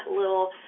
little